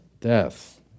Death